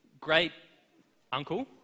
great-uncle